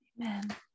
Amen